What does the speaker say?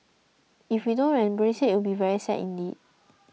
if we don't embrace it it'll be very sad indeed